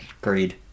greed